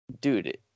dude